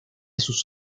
sus